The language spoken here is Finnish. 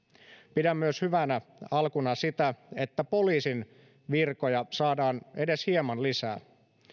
pidän myös hyvänä alkuna sitä että poliisin virkoja saadaan edes hieman lisää